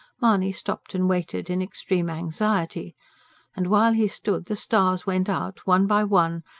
mahony stopped and waited, in extreme anxiety and, while he stood, the stars went out, one by one,